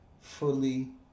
fully